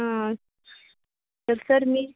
हां सर मी